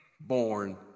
born